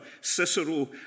Cicero